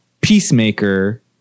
peacemaker